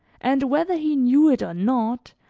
and whether he knew it or not,